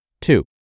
Two